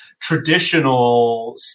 traditional